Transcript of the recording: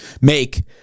make